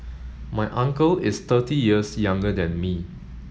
my uncle is thirty years younger than me